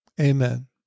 Amen